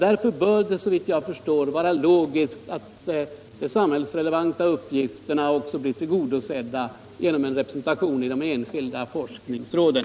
Därför bör det såvitt jag förstår vara logiskt att de samhällsrelevanta uppgifterna också blir tillgodosedda genom en representation i de enskilda forskningsråden.